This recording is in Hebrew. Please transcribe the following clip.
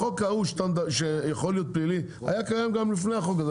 החוק ההוא שיכו להיות פלילי היה קיים גם לפני החוק הזה,